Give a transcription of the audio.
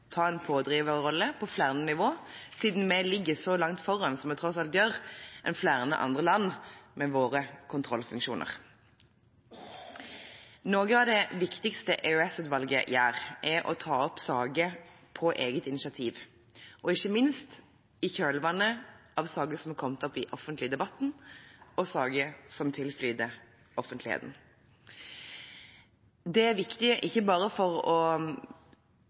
ta en pådriverrolle på flere nivå, siden vi ligger så langt foran, som vi tross alt gjør, flere andre land, med kontrollfunksjoner. Noe av det viktigste EOS-utvalget gjør, er å ta opp saker på eget initiativ og ikke minst i kjølvannet av saker som har kommet opp i den offentlige debatten, og saker som tilflyter offentligheten. Det er viktig ikke bare for å